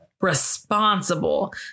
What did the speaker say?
responsible